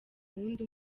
wundi